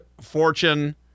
Fortune